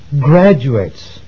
graduates